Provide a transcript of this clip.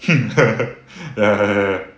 ya ya ya